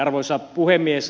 arvoisa puhemies